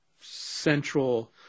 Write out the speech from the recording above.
central